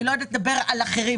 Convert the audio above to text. ואני לא יודעת לדבר על אחרים,